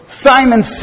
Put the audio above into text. simon